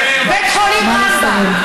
בית חולים רמב"ם.